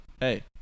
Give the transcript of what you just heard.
hey